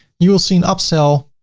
you will see an upsell